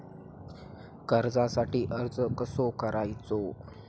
कर्जासाठी अर्ज कसो करायचो?